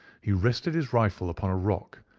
he rested his rifle upon a rock,